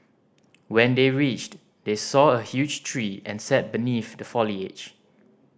when they reached they saw a huge tree and sat beneath the foliage